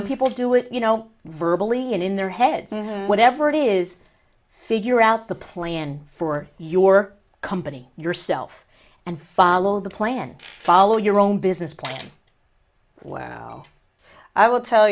some people do it you know virtually and in their heads whatever it is figure out the plan for your company yourself and follow the plan follow your own business plan well i will tell